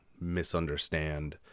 misunderstand